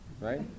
right